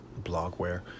blogware